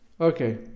Okay